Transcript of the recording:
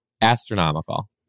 astronomical